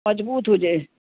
मज़बूत हुजे